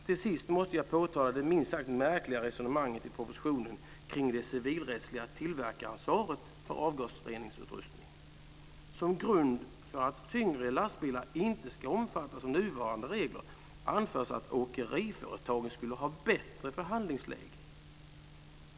Till sist måste jag påtala det minst sagt märkliga resonemanget i propositionen kring det civilrättsliga tillverkaransvaret för avgasreningsutrustning. Som grund för att tyngre lastbilar inte ska omfattas av nuvarande regler anförs att åkeriföretagen skulle ha ett bättre förhandlingsläge.